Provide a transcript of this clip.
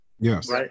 Yes